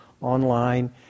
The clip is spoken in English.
online